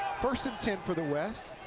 first and ten for the west.